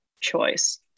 choice